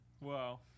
Wow